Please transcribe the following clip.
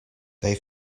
they